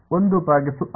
ಒಂದು ಭಾಗಿಸು ಆರ್